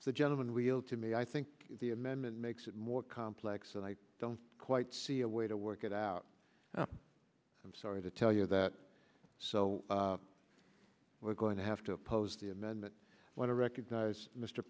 the gentleman we'll to me i think the amendment makes it more complex and i don't quite see a way to work it out i'm sorry to tell you that so we're going to have to oppose the amendment when i recognize mr